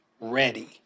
ready